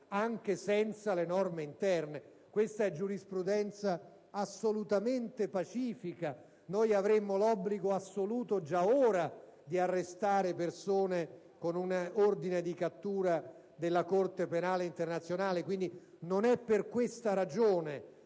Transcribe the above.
anche senza le norme interne. Questa è giurisprudenza assolutamente pacifica. Noi avremmo l'obbligo assoluto già ora di arrestare persone con un ordine di cattura della Corte penale internazionale. Quindi, non è per questa ragione